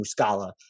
Muscala